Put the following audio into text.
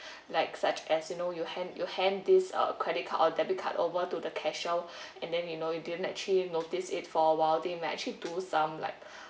like such as you know you hand your hand this uh credit card or debit card over to the cashier and then you know you didn't actually notice it for a while they actually do some like